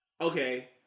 okay